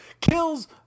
kills